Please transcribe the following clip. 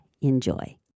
Enjoy